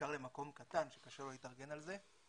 בעיקר למקום קטן שקשה לו להתארגן על זה,